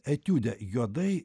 etiude juodai